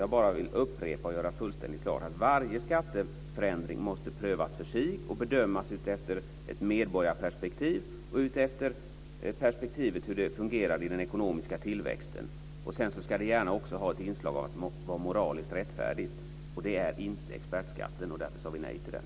Jag vill bara upprepa och göra fullständigt klart att varje skatteförändring måste prövas för sig och bedömas utifrån ett medborgarperspektiv och utifrån perspektivet hur det fungerar i den ekonomiska tillväxten. Sedan ska det också gärna ha ett inslag av att vara moraliskt rättfärdigt. Och det är inte expertskatten, och därför sade vi nej till den.